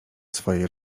swojej